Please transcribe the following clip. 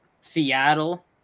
Seattle